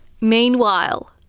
Meanwhile